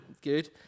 Good